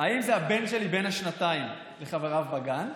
האם זה הבן שלי בן השנתיים לחבריו בגן,